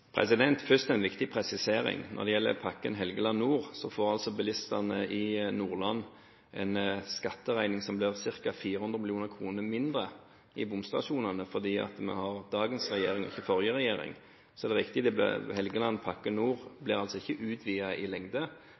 Først en viktig presisering: Når det gjelder pakken Helgeland nord, får bilistene i Nordland en skatteregning på ca. 400 mill. kr mindre i bomstasjonene, fordi vi har dagens regjering og ikke forrige regjering. Så det er riktig at Helgelandspakke nord ikke blir utvidet når det gjelder lengden, men jeg tror at de som bor i